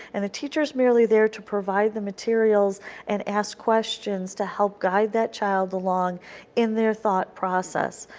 and the teacher is merely there to provide the materials and ask questions to help guide that child along in their thought process,